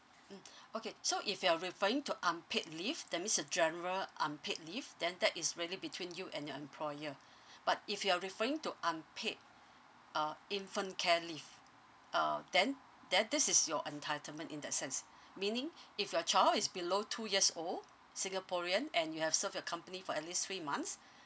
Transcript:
mm okay so if you're referring to unpaid leave that means the general unpaid leave then that is really between you and your employer but if you're referring to unpaid uh infant care leave uh then then this is your entitlement in that sense meaning if your child is below two years old singaporean and you have served your company for at least three months